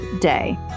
day